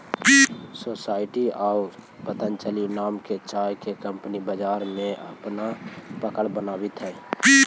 society आउ पतंजलि नाम के चाय के कंपनी बाजार में अपन पकड़ बनावित हइ